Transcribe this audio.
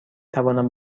توانم